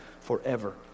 forever